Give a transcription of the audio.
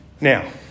Now